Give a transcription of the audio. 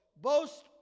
boast